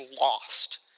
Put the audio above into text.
lost